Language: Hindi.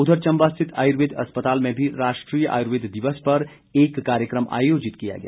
उधर चंबा स्थित आयुर्वेद अस्पताल में भी राष्ट्रीय आयुर्वेद दिवस पर एक कार्यक्रम आयोजित किया गया